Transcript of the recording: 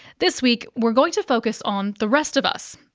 this week we are going to focus on the rest of us,